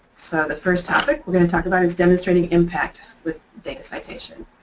so the first topic we're going to talk about is demonstrating impact with data citation.